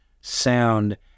sound